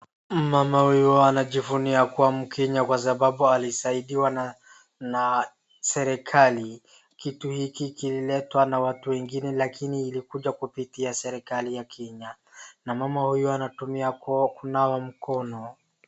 Mama huyu anajivunia kuwa mkenya kwasababu alisaidiwa na serikali, kitu hiki kililetwa na watu wengine lakini ilikuja kupitia serikali ya Kenya na mama huyu anatumia kunawa mkono.